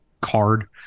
card